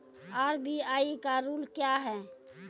RBI का rule क्या हैं?